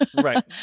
Right